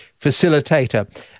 facilitator